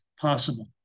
possible